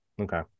Okay